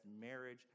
marriage